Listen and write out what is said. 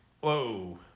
Whoa